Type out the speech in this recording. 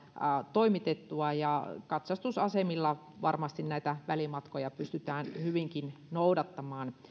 toimitettua katsastusasemilla varmasti näitä välimatkoja pystytään hyvinkin noudattamaan